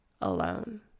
Alone